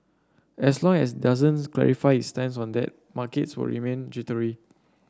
as long as it doesn't clarify its stance on that markets will remain jittery